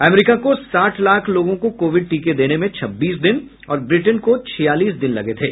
अमरीका को साठ लाख लोगों को कोविड टीके देने में छब्बीस दिन और ब्रिटेन को छियालीस दिन लगे थे